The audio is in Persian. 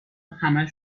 همه